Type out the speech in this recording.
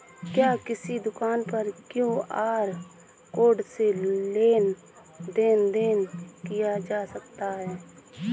क्या किसी दुकान पर क्यू.आर कोड से लेन देन देन किया जा सकता है?